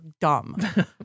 dumb